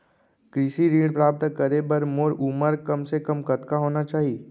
कृषि ऋण प्राप्त करे बर मोर उमर कम से कम कतका होना चाहि?